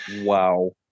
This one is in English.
Wow